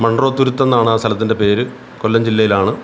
Munro Thuruthu എന്നാണ് ആ സ്ഥലത്തിന്റെ പേര് കൊല്ലം ജില്ലയിലാണ്